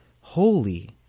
holy